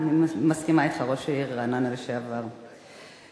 אני מסכימה אתך, ראש העיר לשעבר של רעננה.